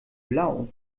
blau